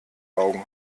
augen